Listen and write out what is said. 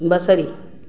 बसरी